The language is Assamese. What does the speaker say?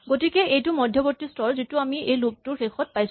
গতিকে এইটো মধ্যৱৰ্তী স্তৰটো যিটো আমি এই লুপ টোৰ শেষত পাইছো